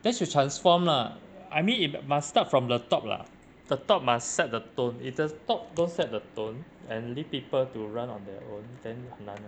then should transform lah I mean if must start from the top lah the top must set the tone if the top don't set the tone and lead people to run on their own then 很难 uh